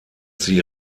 sie